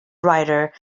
writer